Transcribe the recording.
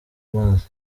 mazi